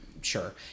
Sure